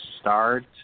start